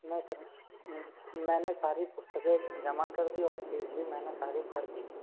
नही सर मैंने सारी पुस्तकें जमा कर दी और फीस भी मैंने सारी भर दी